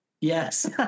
Yes